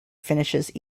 finishes